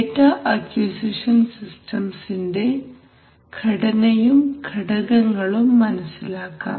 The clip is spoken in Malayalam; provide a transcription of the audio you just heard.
ഡേറ്റ അക്വിസിഷൻ സിസ്റ്റംസിന്റെ ഘടനയും ഘടകങ്ങളും മനസ്സിലാക്കാം